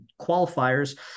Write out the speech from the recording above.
qualifiers